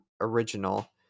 original